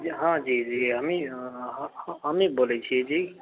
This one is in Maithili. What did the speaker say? हॅं जी जी हमहीं बोलै छी जी